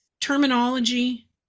terminology